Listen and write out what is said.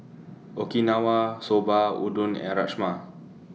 Okinawa Soba Udon and Rajma